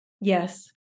Yes